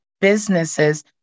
businesses